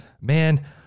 man